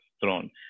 throne